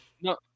No